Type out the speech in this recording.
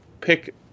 pick